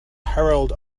herald